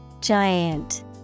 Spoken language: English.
Giant